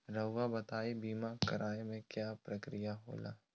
रहुआ बताइं बीमा कराए के क्या प्रक्रिया होला?